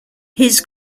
his